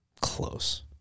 Close